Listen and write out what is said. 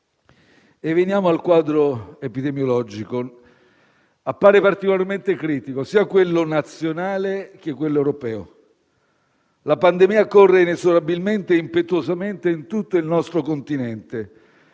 Veniamo al quadro epidemiologico. Appare particolarmente critico sia quello nazionale che quello europeo. La pandemia corre inesorabilmente ed impetuosamente in tutto il nostro Continente,